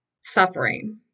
suffering